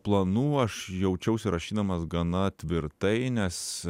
planų aš jaučiausi rašydamas gana tvirtai nes